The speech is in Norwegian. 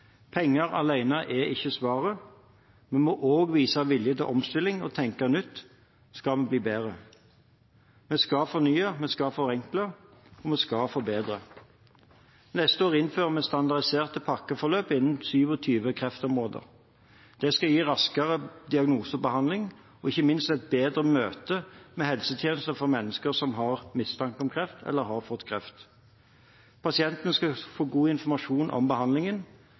Penger alene er ikke svaret. Vi må også vise vilje til omstilling og tenke nytt om vi skal bli bedre. Vi skal fornye, vi skal forenkle, og vi skal forbedre. Neste år innfører vi standardiserte pakkeforløp innen 27 kreftområder. Det skal gi raskere diagnose og behandling og ikke minst et bedre møte med helsetjenesten for pasienter som har mistanke om kreft, eller har fått kreft. Pasienter skal få god informasjon om behandlingen,